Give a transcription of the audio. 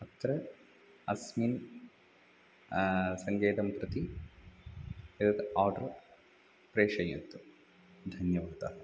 अत्र अस्मिन् सङ्केतं प्रति एतत् आर्डर् प्रेषयन्तु धन्यवादः